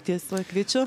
tiesiog kviečiu